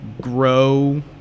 grow